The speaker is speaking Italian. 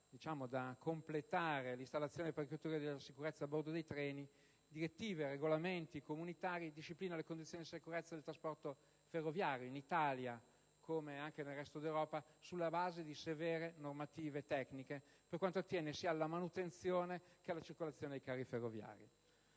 da completare l'installazione delle apparecchiature di sicurezza a bordo dei treni, direttive e regolamenti comunitari disciplinano le condizioni di sicurezza del trasporto ferroviario in Italia, come anche nel resto d'Europa, sulla base di severe normative tecniche, per quanto attiene sia alla manutenzione sia alla circolazione dei carri ferroviari.